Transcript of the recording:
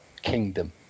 kingdom